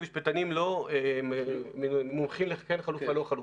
כמשפטנים לא מומחים לדעת אם יש חלופה או אין חלופה,